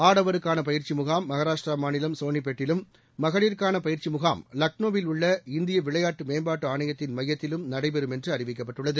ஆடவருக்கான பயிற்சி முகாம் மகாராஷ்ட்ரா மாநிலம் சோனிபேட் டிலும் மகளிருக்கான பயிற்சி முகாம் லக்னோவில் உள்ள இந்திய விளையாட்டு மேம்பாட்டு ஆணையத்தின் மையத்திலும் நடைபெறும் என்று அறிவிக்கப்பட்டுள்ளது